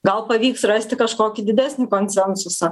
gal pavyks rasti kažkokį didesnį konsensusą